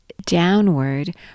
downward